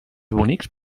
bonics